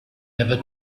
never